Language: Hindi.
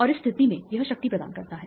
और इस स्थिति में यह शक्ति प्रदान करता है